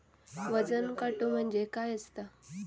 वजन काटो म्हणजे काय असता?